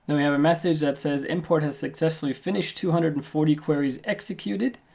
and we have a message that says import has successfully finished. two hundred and forty queries executed.